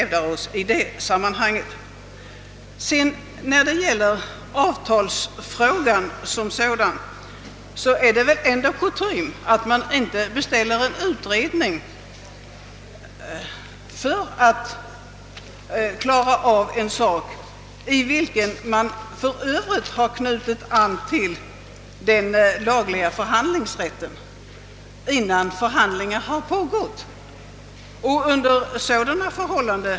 Vad slutligen avtalsfrågan angår är det ju kutym att inte innan förhand lingar förevarit beställa en utredning i ett ärende, i vilket man förut har knutit an till den lagliga förhandlingsrätten.